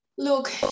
Look